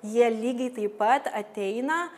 jie lygiai taip pat ateina